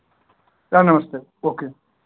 sir नमस्ते okay